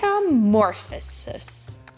Metamorphosis